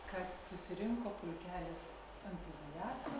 kad susirinko pulkelis entuziastų